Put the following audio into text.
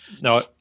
No